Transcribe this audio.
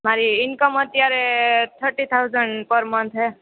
મારી ઈન્કમ અત્યારે thirty thousand per month હે